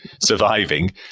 surviving